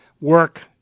work